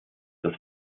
das